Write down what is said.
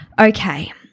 Okay